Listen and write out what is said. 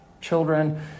children